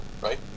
right